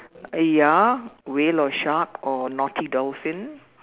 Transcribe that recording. uh ya whale or shark or naughty dolphin